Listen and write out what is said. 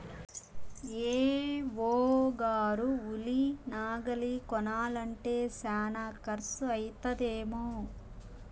AO గారు ఉలి నాగలి కొనాలంటే శానా కర్సు అయితదేమో